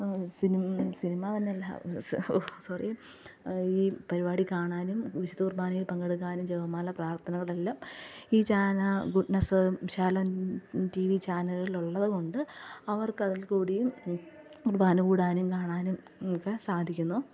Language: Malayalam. സിനിമ സിനിമ തന്നെയല്ല സോറി ഈ പരിപാടി കാണാനും വിശുദ്ധ കുര്ബാനയില് പങ്കെടുക്കാനും ജപമാല പ്രാര്ത്ഥനകളെല്ലാം ഈ channel goodness Shalom T V ചാനലുകൾ ഉള്ളതുകൊണ്ട് അവര്ക്കതില്കൂടിയും കുര്ബാന കൂടാനും കാണാനും ഒക്കെ സാധിക്കുന്നു